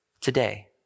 today